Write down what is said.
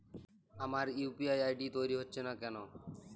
আমার UPI ID তৈরি হচ্ছে না কেনো?